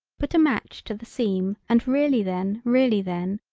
put a match to the seam and really then really then,